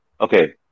Okay